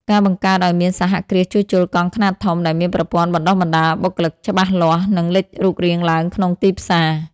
ការបង្កើតឱ្យមានសហគ្រាសជួសជុលកង់ខ្នាតធំ ដែលមានប្រព័ន្ធបណ្តុះបណ្តាលបុគ្គលិកច្បាស់លាស់ នឹងលេចរូបរាងឡើងក្នុងទីផ្សារ។